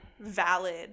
valid